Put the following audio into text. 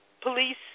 police